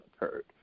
occurred